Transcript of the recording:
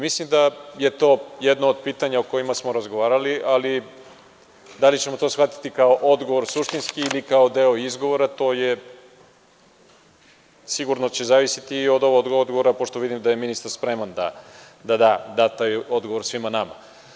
Mislim da je to jedno od pitanja o kojima smo razgovarali, ali da li ćemo to shvatiti kao suštinski odgovor ili kao deo izgovora, to će sigurno zavisiti i od ovog odgovora, pošto vidim da je ministar spreman da da taj odgovor svima nama.